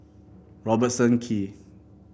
Robertson Quay